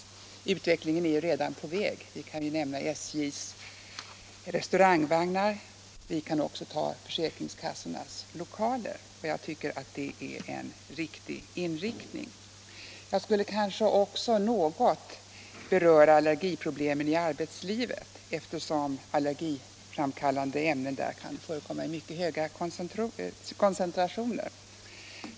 Den utvecklingen är redan på väg — jag kan här nämna 111 SJ:s restaurangvagnar och försäkringskassornas lokaler. Jag tycker att den inriktningen är riktig. Jag skulle kanske också något beröra allergiproblemen i arbetslivet, eftersom allergiframkallande ämnen där kan förekomma i mycket höga koncentrationer.